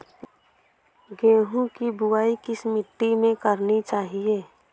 गेहूँ की बुवाई किस मिट्टी में करनी चाहिए?